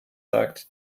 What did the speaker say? sagt